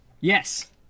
Yes